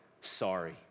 sorry